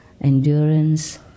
endurance